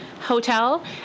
hotel